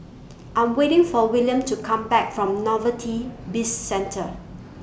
I'm waiting For Willian to Come Back from Novelty Bizcentre